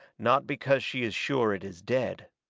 not because she is sure it is dead.